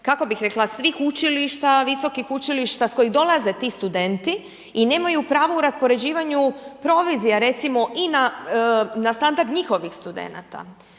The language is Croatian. kako bih rekla svih učilišta, visokih učilišta s kojih dolaze ti studenti i nemaju pravo u raspoređivanju provizija, recimo i na standard njihovih studenata.